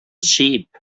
sheep